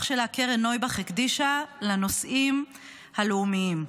שלה קרן נויבך הקדישה לנושאים הלאומיים,